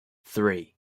three